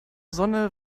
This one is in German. sonne